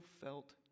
felt